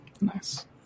Nice